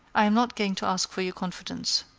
i am not going to ask for your confidence.